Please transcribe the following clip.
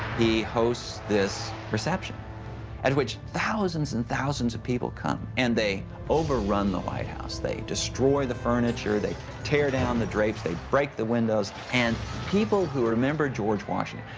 he hosts this reception at which thousands and thousands of people come, and they overrun the white house, they destroy the furniture, they tear down the drapes, they break the windows, and people who remembered george washington,